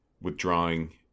withdrawing